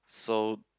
so